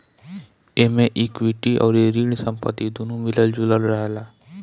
एमे इक्विटी अउरी ऋण संपत्ति दूनो मिलल जुलल रहेला